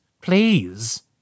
please